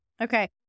Okay